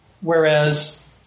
Whereas